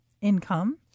Income